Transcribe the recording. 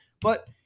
But-